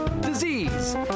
disease